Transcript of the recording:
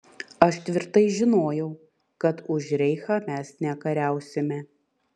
aš tvirtai žinojau kad už reichą mes nekariausime